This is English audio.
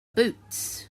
boots